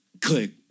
click